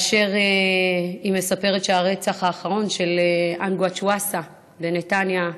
והיא מספרת שהרצח האחרון, של אנגווץ וואסה בנתניה,